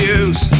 use